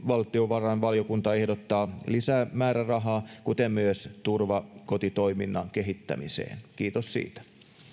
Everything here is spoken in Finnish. valtiovarainvaliokunta ehdottaa lisämäärärahaa kuten myös turvakotitoiminnan kehittämiseen kiitos siitä